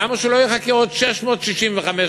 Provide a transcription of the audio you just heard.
למה שהוא לא יחכה עוד 665 ימים?